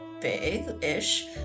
big-ish